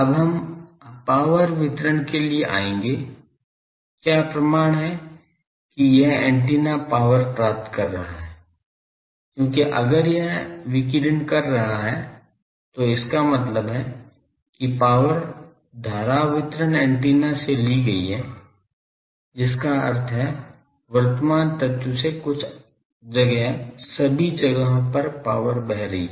अब हम power वितरण के लिए आएंगे क्या प्रमाण है कि यह एंटीना पॉवर प्राप्त कर रहा है क्योंकि अगर यह विकिरण कर रहा हैं तो इसका मतलब है कि पॉवर धारा वितरण एंटीना से ली गई है जिसका अर्थ है वर्तमान तत्व से कुछ जगह सभी जगहों तक पॉवर बह रही है